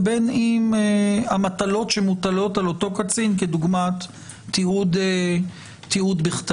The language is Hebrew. ובין אם המטלות שמוטלות על אותו קצין כדוגמת תיעוד בכתב.